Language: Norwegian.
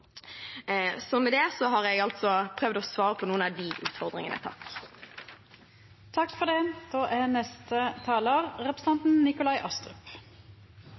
Med det har jeg altså prøvd å svare på noen av utfordringene. Til representanten Marhaug kan det